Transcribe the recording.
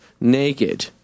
naked